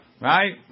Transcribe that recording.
Right